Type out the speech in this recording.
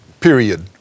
period